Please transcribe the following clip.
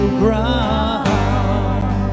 ground